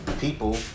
people